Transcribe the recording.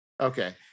Okay